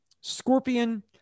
Scorpion